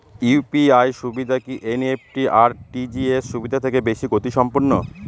UPI সুবিধা কি NEFT আর আর.টি.জি.এস সুবিধা থেকে বেশি গতিসম্পন্ন?